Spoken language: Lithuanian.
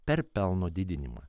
per pelno didinimą